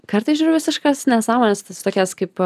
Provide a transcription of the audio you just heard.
kartais žiūriu visiškas nesąmones tas tokias kaip